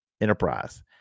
Enterprise